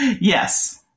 Yes